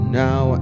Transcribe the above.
now